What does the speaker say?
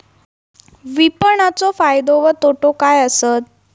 विपणाचो फायदो व तोटो काय आसत?